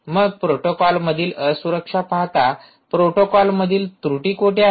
मग प्रोटोकॉलमधील असुरक्षा पाहता प्रोटोकॉलमधील त्रुटी कोठे आहेत